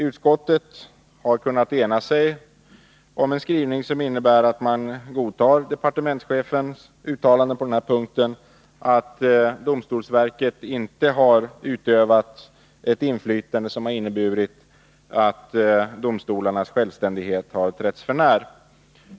Utskottet har kunnat ena sig om en skrivning som innebär att man godtar departementschefens uttalande på den punkten, att domstolsverket inte har utövat ett inflytande som inneburit att domstolarnas självständighet har trätts för när.